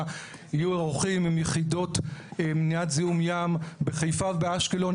יהיו ערוכים עם יחידות מניעת זיהום ים בחיפה ובאשקלון.